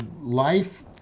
life